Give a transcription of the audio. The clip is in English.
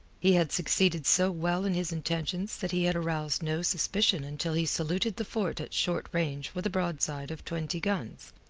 he had succeeded so well in his intentions that he had aroused no suspicion until he saluted the fort at short range with a broadside of twenty guns.